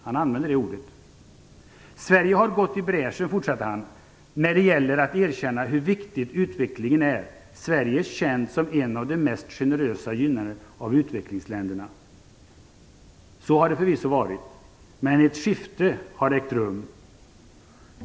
"- han använder det ordet -" Sverige har gått i bräschen när det gäller att erkänna hur viktig utvecklingen är. Sverige är känt som en av de mest generösa gynnarna av utvecklingsländerna." Så har det förvisso varit. Men ett skifte har ägt rum.